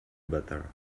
better